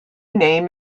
name